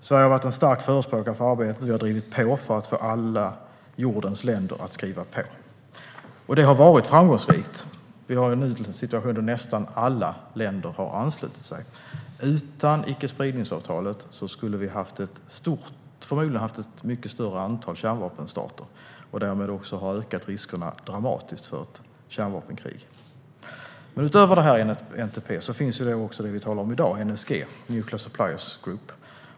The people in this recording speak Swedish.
Sverige har varit en stark förespråkare för arbetet och drivit på för att få alla jordens länder att skriva på. Det har också varit framgångsrikt; vi har nu en situation där nästan alla länder har anslutit sig. Utan icke-spridningsavtalet skulle vi förmodligen ha haft ett mycket större antal kärnvapenstater och därmed också dramatiskt ökade risker för ett kärnvapenkrig. Utöver NPT finns det vi talar om i dag, det vill säga NSG - Nuclear Suppliers Group.